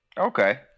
okay